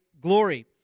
glory